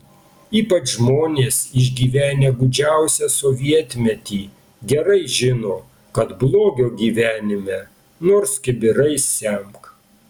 ypač žmonės išgyvenę gūdžiausią sovietmetį gerai žino kad blogio gyvenime nors kibirais semk